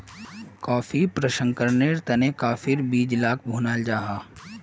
कॉफ़ीर प्रशंकरनेर तने काफिर बीज लाक भुनाल जाहा